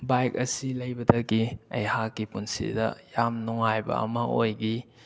bike ꯑꯁꯤ ꯂꯩꯕꯗꯒꯤ ꯑꯩꯍꯥꯛꯀꯤ ꯄꯨꯟꯁꯤꯗ ꯌꯥꯝ ꯅꯨꯡꯉꯥꯏꯕ ꯑꯃ ꯑꯣꯏꯈꯤ